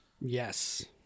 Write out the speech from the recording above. Yes